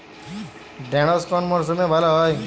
ঢেঁড়শ কোন মরশুমে ভালো হয়?